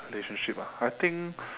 relationship ah I think